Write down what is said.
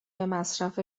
مصرف